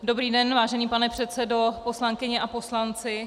Dobrý den, vážený pane předsedo, poslankyně a poslanci.